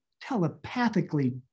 telepathically